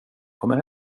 kommer